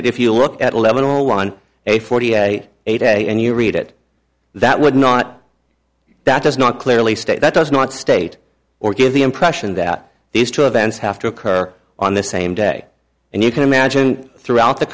that if you look at eleven on a forty eight a and you read it that would not that does not clearly state that does not state or give the impression that these two events have to occur on the same day and you can imagine throughout the